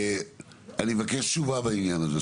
אני מבקש תשובה בעניין הזה,